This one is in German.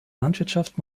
landwirtschaft